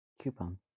Coupon